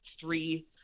three